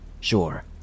Sure